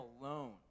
alone